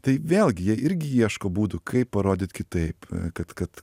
tai vėlgi jie irgi ieško būdų kaip parodyt kitaip kad kad